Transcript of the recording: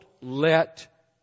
let